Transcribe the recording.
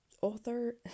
author